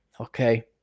Okay